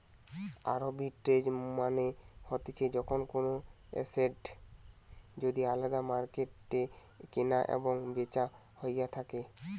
arbitrage মানে হতিছে যখন কোনো এসেট যদি আলদা মার্কেটে কেনা এবং বেচা হইয়া থাকে